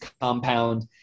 compound